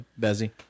Bezzy